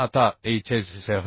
आता HSFG